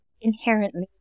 inherently